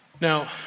Now